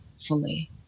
fully